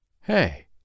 Hey